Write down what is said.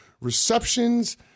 receptions